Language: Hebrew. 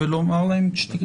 ולשלוח.